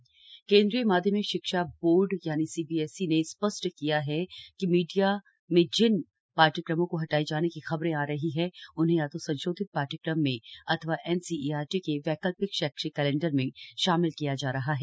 सी B S E केंद्रीय माध्यमिक शिक्षा board C B S E ने स्पष्ट किया है कि मीडिया में जिन पाठ्यक्रमों को हटाए जाने की खबरें आ रही हैं उन्हें या तो संशोधित पाठ्यक्रम में अथवा एनसीईआरटी के वैकल्पिक शैक्षिक कैलेंडर में शामिल किया जा रहा है